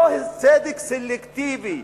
לא צדק סלקטיבי,